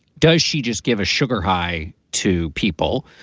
does she just give a sugar high to people?